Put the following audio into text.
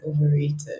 overrated